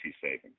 savings